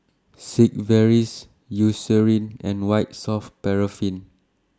Sigvaris Eucerin and White Soft Paraffin